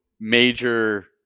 major